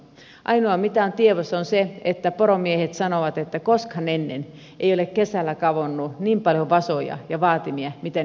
ainoa mitä on tiedossa on se että poromiehet sanovat että koskaan ennen ei ole kesällä kadonnut niin paljon vasoja ja vaatimia mitä niitä katoaa nytten